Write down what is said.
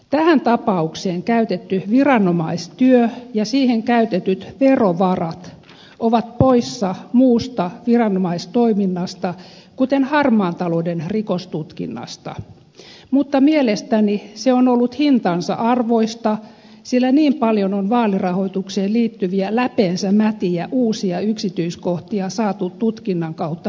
tähän tapaukseen käytetty viranomaistyö ja siihen käytetyt verovarat ovat poissa muusta viranomaistoiminnasta kuten harmaan talouden rikostutkinnasta mutta mielestäni se on ollut hintansa arvoista sillä niin paljon on vaalirahoitukseen liittyviä läpeensä mätiä uusia yksityiskohtia saatu tutkinnan kautta päivänvaloon